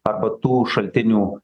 arba tų šaltinių